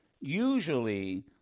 Usually